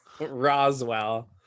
Roswell